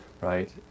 right